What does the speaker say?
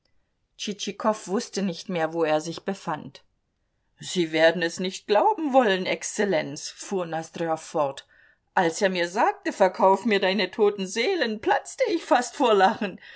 tschitschikow wußte nicht mehr wo er sich befand sie werden es nicht glauben wollen exzellenz fuhr nosdrjow fort als er mir sagte verkauf mir deine toten seelen platzte ich fast vor lachen